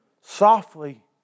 softly